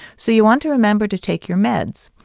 so you want to remember to take your meds.